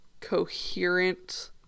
coherent